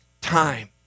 time